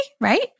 right